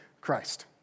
Christ